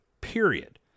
period